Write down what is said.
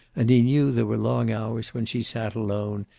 and he knew there were long hours when she sat alone,